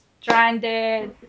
stranded